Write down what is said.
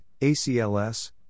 ACLS